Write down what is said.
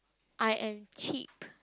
I am cheek